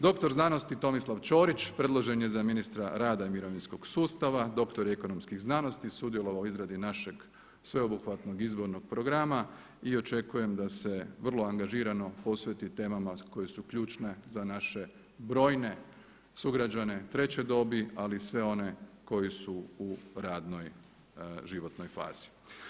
Dr. znanosti Tomislav Ćorić predložen je za ministra rada i mirovinskog sustava, dr. je ekonomskih znanosti, sudjelovao u izradi našeg, sveobuhvatnog izbornog programa i očekujem da se vrlo angažirano posveti temama koje su ključne za naše brojne sugrađane treće dobi ali i sve one koji su u radnoj životnoj fazi.